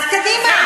אז קדימה.